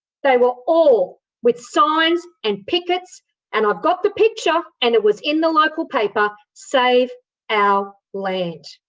they were all with signs and pickets and i've got the picture and it was in the local paper, save our land.